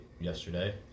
yesterday